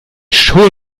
schon